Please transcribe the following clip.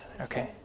Okay